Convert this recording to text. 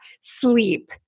sleep